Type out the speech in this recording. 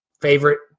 favorite